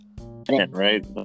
right